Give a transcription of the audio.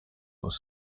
was